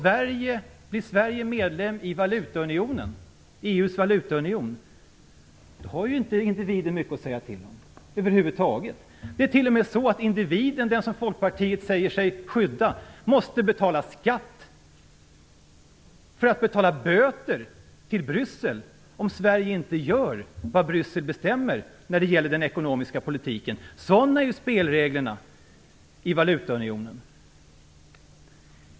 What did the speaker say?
Blir Sverige medlem i EU:s valutaunion har ju individen inte mycket att säga till om över huvud taget. Det är t.o.m. så att individen - den som Folkpartiet säger sig skydda - måste betala skatt som kommer att gå till att betala böter till Bryssel om Sverige inte gör vad Bryssel bestämmer när det gäller den ekonomiska politiken. Sådana är ju spelreglerna i valutaunionen.